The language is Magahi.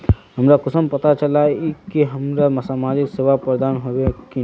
हमरा कुंसम पता चला इ की हमरा समाजिक सेवा प्रदान होबे की नहीं?